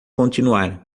continuar